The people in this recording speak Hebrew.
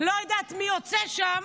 לא יודעת מי ומי יוצא שם.